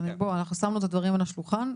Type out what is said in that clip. אנחנו שמנו את הדברים על השולחן,